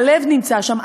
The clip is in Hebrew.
הלב נמצא שם,